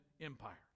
Empire